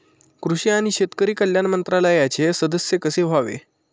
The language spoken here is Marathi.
कृषी आणि शेतकरी कल्याण मंत्रालयाचे सदस्य कसे व्हावे?